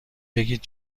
بگید